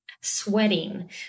sweating